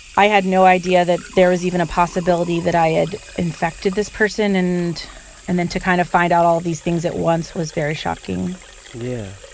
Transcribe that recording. i had no idea that there was even a possibility that i had infected this person. and and then to kind of find out all these things at once was very shocking yeah.